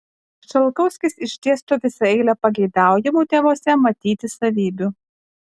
šalkauskis išdėsto visą eilę pageidaujamų tėvuose matyti savybių